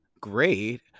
great